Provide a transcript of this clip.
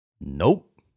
Nope